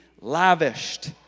lavished